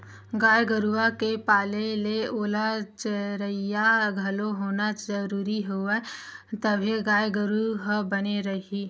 गाय गरुवा के पाले ले ओला चरइया घलोक होना जरुरी हवय तभे गाय गरु ह बने रइही